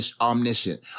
omniscient